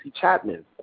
Chapman